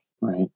right